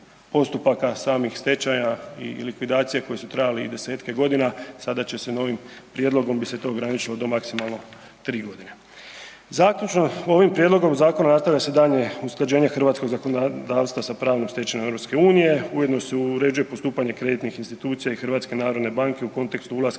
postupaka samih stečaja i likvidacija koja su trajale i desetke godina, sada će se na ovim prijedlogom bi se to ograničilo do maksimalno 3 godine. Zaključno, ovim prijedlogom zakona nastavlja se daljnje usklađenje hrvatskog zakonodavstva sa pravnom stečevinom EU. Ujedno se uređuje postupanje kreditnih institucija i HNB-a u kontekstu ulaska